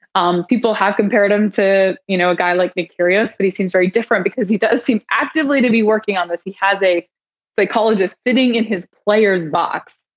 um people have compared him to you know a guy like me curious. but he seems very different because he does seem actively to be working on this. he has a psychologist sitting in his player's box.